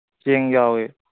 ꯆꯦꯡ ꯌꯥꯎꯋꯤ